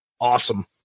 Awesome